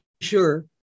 sure